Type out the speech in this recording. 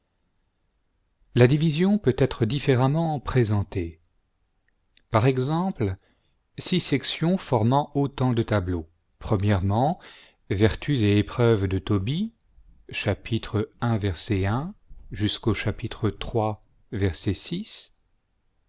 la division peut être différemment présentée par exemple six sei'tions formant autant de tableaux vertus et épreuves de tobie i